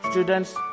Students